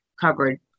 covered